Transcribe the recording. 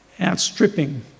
outstripping